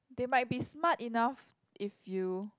they might be smart enough if you